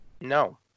no